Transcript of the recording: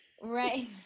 Right